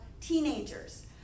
teenagers